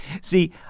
See